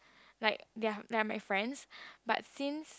like they're they are my friends but since